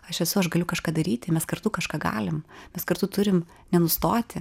aš esu aš galiu kažką daryti mes kartu kažką galim bet kartu turim nenustoti